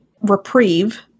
reprieve